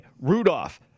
Rudolph